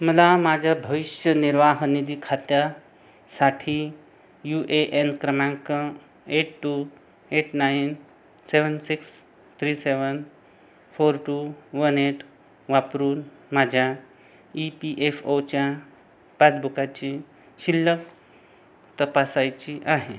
मला माझ्या भविष्य निर्वाह निधी खात्यासाठी यू ए एन क्रमांक eight two eight nine seven six three seven four two one eight वापरून माझ्या ई पी एफ ओच्या पासबुकाची शिल्लक तपासायची आहे